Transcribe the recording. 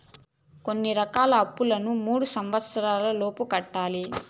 కొన్ని రకాల అప్పులను మూడు సంవచ్చరాల లోపు కట్టాలి